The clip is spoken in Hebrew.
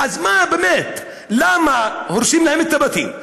אז מה, באמת, למה הורסים להם את הבתים?